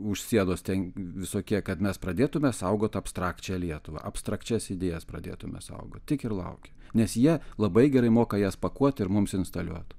už sienos ten visokie kad mes pradėtume saugoti abstrakčią lietuvą abstrakčias idėjas pradėtume saugot tik ir laukia nes jie labai gerai moka jas pakuoti ir mums instaliuot